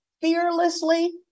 fearlessly